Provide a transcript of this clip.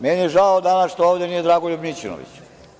Meni je žao danas što ovde nije Dragoljub Mićunović.